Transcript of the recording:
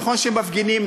נכון שמפגינים,